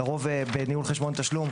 לרוב, בחשבון תשלום,